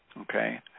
Okay